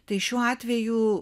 tai šiuo atveju